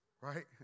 right